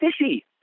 Fishy